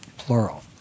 plural